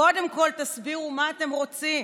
קודם כול תסבירו מה אתם רוצים